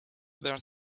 there